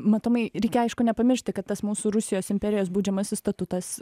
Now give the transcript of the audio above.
matomai reikia aišku nepamiršti kad tas mūsų rusijos imperijos baudžiamasis statutas